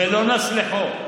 "ולא נס לחו".